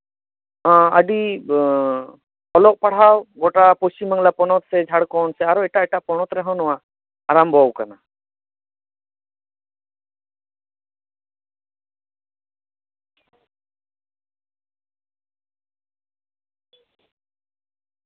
ᱟᱹᱰᱤ ᱚᱞᱚᱜ ᱯᱟᱲᱦᱟᱣ ᱜᱚᱴᱟ ᱯᱚᱥᱪᱤᱢ ᱵᱟᱝᱞᱟ ᱯᱚᱱᱚᱛᱨᱮ ᱥᱮ ᱡᱷᱟᱲᱠᱷᱚᱱᱰ ᱯᱚᱱᱚᱛᱨᱮ ᱟᱨᱚ ᱮᱴᱟᱜ ᱮᱴᱟᱜ ᱯᱚᱱᱚᱛ ᱨᱮᱦᱚᱸ ᱱᱚᱣᱟ ᱟᱨᱟᱢᱵᱚᱣᱟᱠᱟᱱᱟ